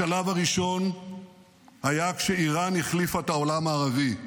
השלב הראשון היה כשאיראן החליפה את העולם הערבי.